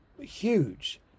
huge